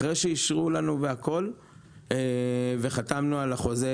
לאחרונה, אחרי שאישרו לנו וחתמנו על החוזה,